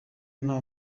nta